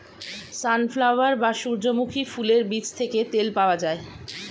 sunflower বা সূর্যমুখী ফুলের বীজ থেকে তেল পাওয়া যায়